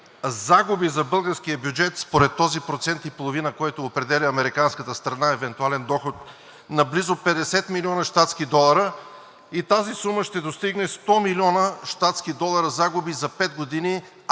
загуби за българския бюджет според този процент и половина, който определя американската страна, евентуален доход на близо 50 млн. щатски долара и тази сума ще достигне 100 млн. щатски долара загуби за пет години, ако